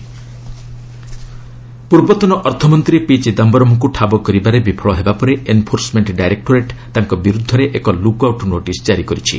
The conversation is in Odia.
ଇଡି ଚିଦାମ୍ଘରମ୍ ପୂର୍ବତନ ଅର୍ଥମନ୍ତ୍ରୀ ପି ଚିଦାମ୍ଘରମ୍ଙ୍କୁ ଠାବ କରିବାରେ ବିଫଳ ହେବା ପରେ ଏନ୍ଫୋର୍ସମେଣ୍ଟ ଡାଇରେକ୍ଟୋରେଟ୍ ତାଙ୍କ ବିରୁଦ୍ଧରେ ଏକ ଲୁକ୍ ଆଉଟ୍ ନୋଟିସ୍ କାରି କରିଛି